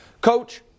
coach